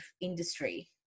industry